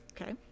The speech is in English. Okay